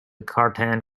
cartan